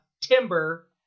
Timber